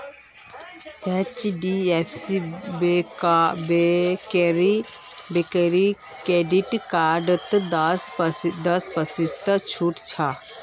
HDFC बैंकेर credit कार्डत दस प्रतिशत छूट छ